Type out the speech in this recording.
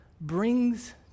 brings